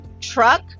truck